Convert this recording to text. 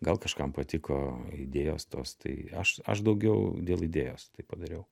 gal kažkam patiko idėjos tos tai aš aš daugiau dėl idėjos tai padariau